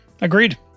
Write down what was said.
Agreed